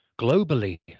Globally